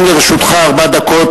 גם לרשותך ארבע דקות,